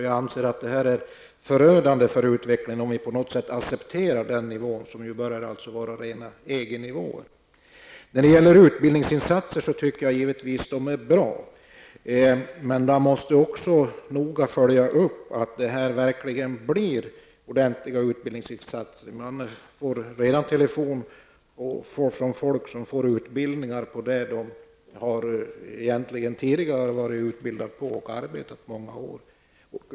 Jag anser att det är förödande för utvecklingen om vi på något sätt accepterar sådana nivåer, som närmar sig rena EG-nivåer. Jag tycker givetvis att utbildningsinsatser är bra, men man måste också noga följa upp att dessa insatser blir meningsfulla. Jag har haft telefonsamtal från personer som får utbildningar i sådant som de redan tidigare varit utbildade på och arbetat i många år med.